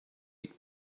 gate